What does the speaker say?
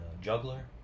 juggler